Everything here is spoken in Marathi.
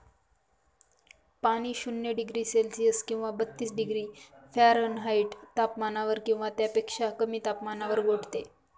पाणी शून्य डिग्री सेल्सिअस किंवा बत्तीस डिग्री फॅरेनहाईट तापमानावर किंवा त्यापेक्षा कमी तापमानावर गोठते